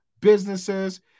businesses